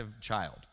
child